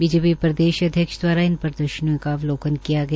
BJP प्रदेश अध्यक्ष दवारा इन प्रदर्शनीयों का अवलोकन किया गया